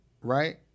right